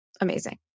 amazing